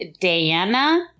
Diana